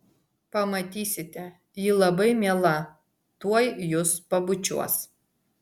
pamatysite ji labai miela tuoj jus pabučiuos